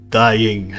dying